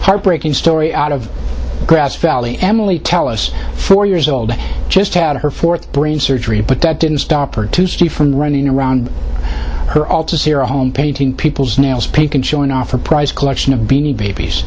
heartbreaking story out of grass valley emilie tell us four years old just had her fourth brain surgery but that didn't stop her tuesday from running around her all to zero home painting people's nails pekin showing off her prized collection of beanie babies